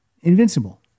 invincible